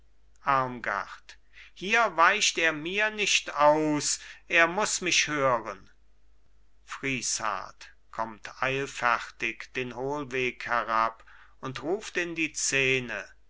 hier weicht er mir nicht aus er muss mich hören friesshardt kommt eilfertig den hohlweg herab und ruft in die szene